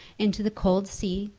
into the cold sea!